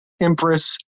Empress